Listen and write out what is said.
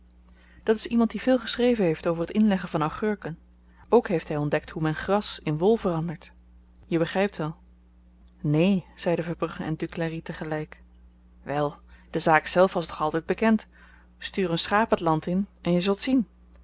dat is iemand die veel geschreven heeft over t inleggen van augurken ook heeft hy ontdekt hoe men gras in wol verandert je begrypt wel neen zeiden verbrugge en duclari tegelyk wèl de zaak zelf was toch altyd bekend stuur een schaap t land in en je zult zien